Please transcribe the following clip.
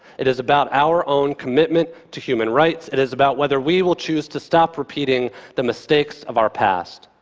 it is about our own commitment to human rights. it is about whether we will choose to stop repeating the mistakes of our past.